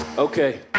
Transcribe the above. Okay